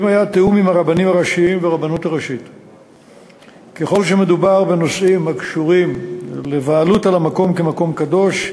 2. ככל שמדובר בנושאים הקשורים לבעלות על המקום כמקום קדוש,